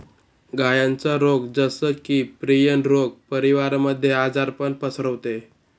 गायांचा रोग जस की, प्रियन रोग परिवारामध्ये आजारपण पसरवते